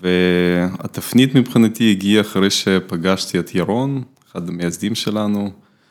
והתפנית מבחינתי הגיעה אחרי שפגשתי את ירון, אחד המייסדים שלנו.